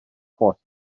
forced